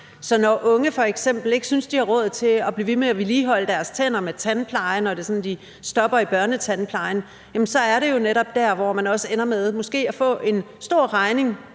Når unge f.eks. ikke synes, at de har råd til at blive ved med at vedligeholde deres tænder med tandpleje, når de stopper i børnetandplejen, så er det jo også netop dér, hvor man også ender med måske at få en stor regning